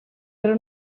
però